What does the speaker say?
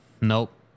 Nope